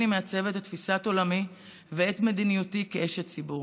מעצבת את תפיסת עולמי ואת מדיניותי כאשת ציבור.